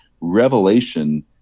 revelation